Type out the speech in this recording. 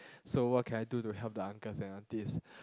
so what can I do to help the uncles and aunties